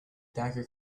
dagger